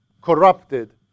Corrupted